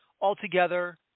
altogether